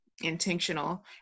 intentional